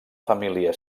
família